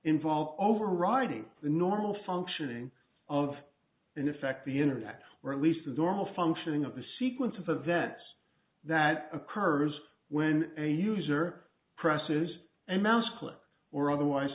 involves overriding the normal functioning of an effect the internet or at least is normal functioning of a sequence of events that occurs when a user presses and mouse clicks or otherwise